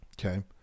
Okay